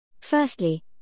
Firstly